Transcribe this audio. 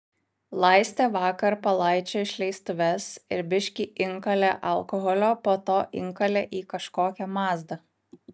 laistė vakar palaičio išleistuves ir biškį inkalė alkoholio po to inkalė į kažkokią mazdą